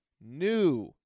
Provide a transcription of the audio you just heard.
new